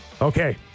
Okay